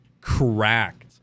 Cracked